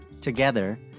Together